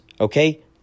Okay